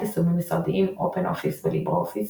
יישומים משרדיים אופן אופיס וליברה אופיס.